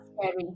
scary